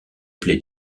plaît